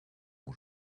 mon